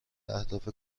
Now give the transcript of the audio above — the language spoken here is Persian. اهداف